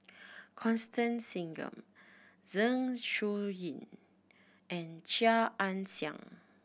Constance Singam Zeng Shouyin and Chia Ann Siang